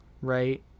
right